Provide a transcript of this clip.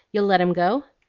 you'll let him go?